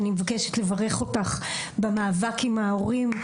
אני מבקשת לברך אותך במאבק עם ההורים,